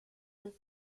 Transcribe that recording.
los